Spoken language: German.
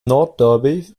nordderby